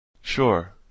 Sure